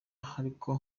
hariko